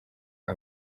aha